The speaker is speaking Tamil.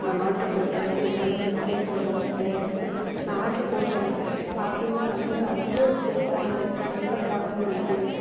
நான் ஆர்ட்ரு போட்டிருந்தேன் ஏன்னால் என்னோட பெட் சைஸ் வந்து ரொம்ப பெரிசு நான் ஆர்ட்ரு போட்டிருந்தேன் பார்த்திங்ன்னா வந்தது அவ்வளோ ஒரு சூப்பராக இருந்துச்சு நல்ல காட்டன் மெட்டீரியல்